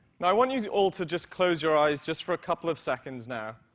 now i want you all to just close your eyes just for a couple of seconds now,